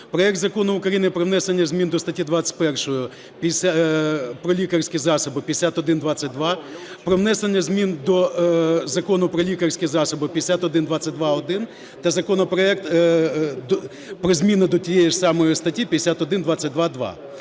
Проект Закону України про внесення змін до статті 21 "Про лікарські засоби" (5122), про внесення змін до Закону "Про лікарські засоби" (5122-1) та законопроект про зміни до тієї ж самої статті (5122-2).